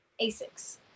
Asics